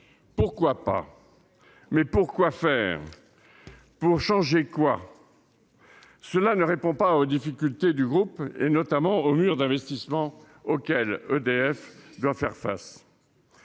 Pourquoi pas ? Mais pour quoi faire ? Et pour changer quoi ? Cela ne répond pas aux difficultés du groupe, notamment au mur d'investissement auquel il doit faire face.